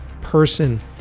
person